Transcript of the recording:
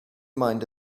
mind